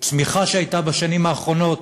צמיחה שהייתה בשנים האחרונות